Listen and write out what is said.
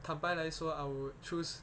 坦白来说 I would choose